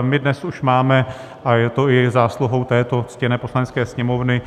My dnes už máme a je to i zásluhou této ctěné Poslanecké sněmovny